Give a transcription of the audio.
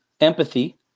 empathy